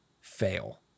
fail